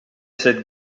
cette